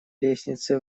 лестнице